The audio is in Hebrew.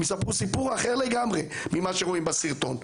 יספרו סיפור אחר לגמרי ממה שרואים בסרטון.